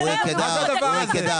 מה זה הדבר הזה?